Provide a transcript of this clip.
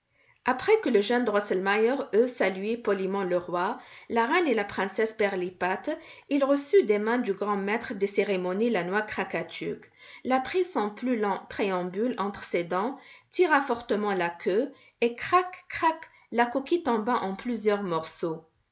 après que le jeune drosselmeier eut salué poliment le roi la reine et la princesse pirlipat il reçut des mains du grand maître des cérémonies la noix krakatuk la prit sans plus long préambule entre ses dents tira fortement la queue et crac crac la coquille tomba en plusieurs morceaux